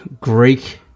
Greek